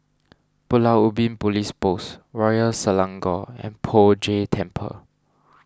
Pulau Ubin Police Post Royal Selangor and Poh Jay Temple